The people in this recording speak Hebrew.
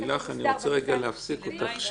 אני רוצה רגע להפסיק אותך.